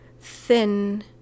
thin